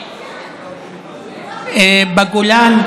בגולן,